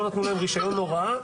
לא נתנו להם רישיון הוראה.